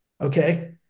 okay